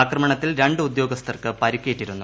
ആക്രമണത്തിൽ രണ്ട് ഉദ്യോഗസ്ഥർക്ക് പരിക്കേറ്റിരുന്നു